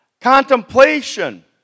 Contemplation